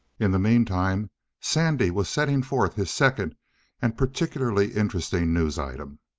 in the meantime sandy was setting forth his second and particularly interesting news item.